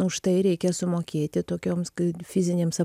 už tai reikia sumokėti tokioms kai fizinėms